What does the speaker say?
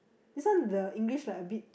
this one the English like a bit